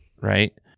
right